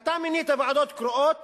אתה מינית ועדות קרואות